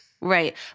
Right